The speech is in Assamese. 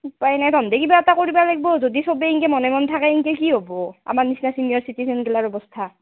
উপায় নাই তহঁতে কিবা এটা কৰিব লাগিব যদি সবে এনেকৈ মনে মনে থাকে এনেকৈ কি হ'ব আমাৰ নিচিনা চিনিয়ৰ চিটিজেনগিলাৰ অৱস্থা